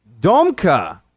domka